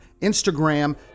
Instagram